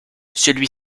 celui